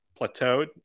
plateaued